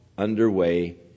Underway